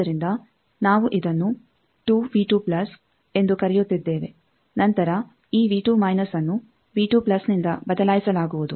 ಆದ್ದರಿಂದ ನಾವು ಇದನ್ನು ಎಂದು ಕರೆಯುತ್ತಿದ್ದೇವೆ ನಂತರ ಈ ಅನ್ನು ನಿಂದ ಬದಲಾಯಿಸಲಾಗುವುದು